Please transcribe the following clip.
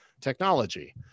technology